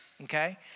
okay